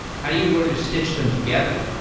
how do you learn to stich them together?